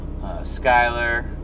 Skyler